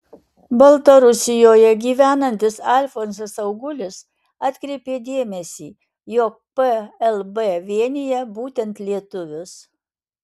baltarusijoje gyvenantis alfonsas augulis atkreipė dėmesį jog plb vienija būtent lietuvius